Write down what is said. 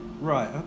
Right